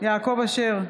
יעקב אשר,